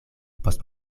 post